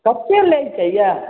कतेक लैके अइ